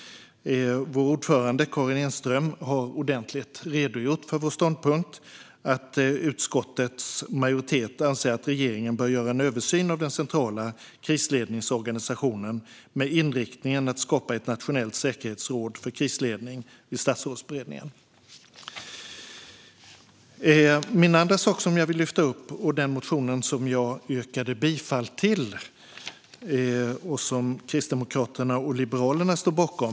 Vår ordförande Karin Enström har redogjort ordentligt för vår ståndpunkt, det vill säga att utskottets majoritet anser att regeringen bör göra en översyn av den centrala krisledningsorganisationen, med inriktningen att skapa ett nationellt säkerhetsråd för krisledning vid Statsrådsberedningen. Det andra jag vill lyfta upp berör den motion jag yrkade bifall till och som Kristdemokraterna och Liberalerna står bakom.